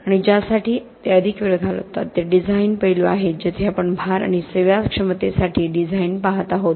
आणि ज्यासाठी ते अधिक वेळ घालवतात ते डिझाइन पैलू आहेत जेथे आपण भार आणि सेवाक्षमतेसाठी डिझाइन पहात आहोत